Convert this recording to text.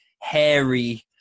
hairy